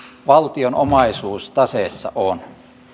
valtion omaisuus taseessa on